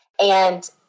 And-